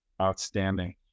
Outstanding